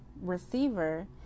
receiver